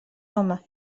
home